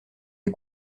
les